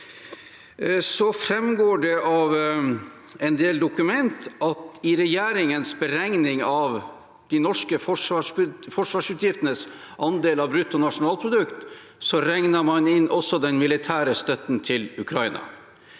framgår det av en del dokumenter at i regjeringens beregning av de norske forsvarsutgiftenes andel av bruttonasjonalprodukt, regner man inn også den militære støtten til Ukraina.